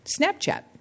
Snapchat